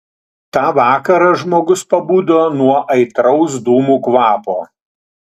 tą vakarą žmogus pabudo nuo aitraus dūmų kvapo